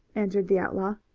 answered the outlaw,